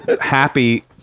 happy